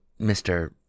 Mr